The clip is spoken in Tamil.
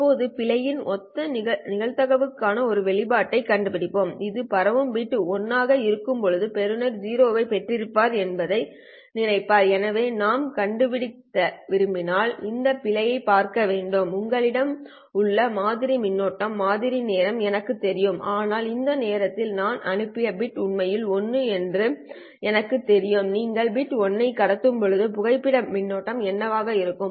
இப்போது பிழையின் ஒத்த நிகழ்தகவுக்கான ஒரு வெளிப்பாட்டைக் கண்டுபிடிப்போம் இது பரவும் பிட் 1 ஆக இருக்கும்போது பெறுநர் 0 ஐப் பெற்றிருப்பார் என்று நினைப்பார் எனவே நான் கண்டுபிடிக்க விரும்பினால் இந்த பிழை பார்க்க வேண்டும் உங்களிடம் உள்ள மாதிரி மின்னோட்டம் மாதிரி நேரம் எனக்குத் தெரியும் ஆனால் இந்த நேரத்தில் நான் அனுப்பிய பிட் உண்மையில் 1 என்று எனக்குத் தெரியும் நீங்கள் பிட் 1 ஐ கடத்தும்போது புகைப்பட மின்னோட்டம் என்னவாக இருக்கும்